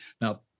now